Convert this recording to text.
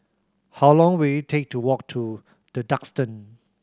how long will it take to walk to The Duxton